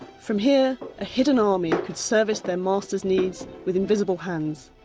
from here, a hidden army could service their master's needs with invisible hands,